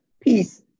peace